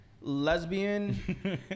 Lesbian